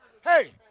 Hey